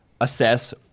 assess